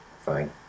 Fine